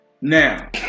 now